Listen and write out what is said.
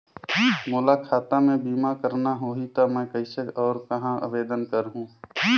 मोला खाता मे बीमा करना होहि ता मैं कइसे और कहां आवेदन करहूं?